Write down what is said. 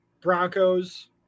Broncos